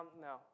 no